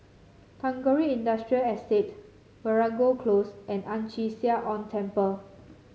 Tagore Industrial Estate Veeragoo Close and Ang Chee Sia Ong Temple